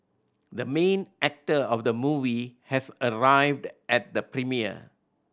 the main actor of the movie has arrived at the premiere